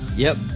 yep,